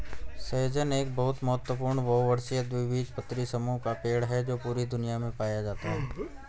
सहजन एक बहुत महत्वपूर्ण बहुवर्षीय द्विबीजपत्री समूह का पेड़ है जो पूरी दुनिया में पाया जाता है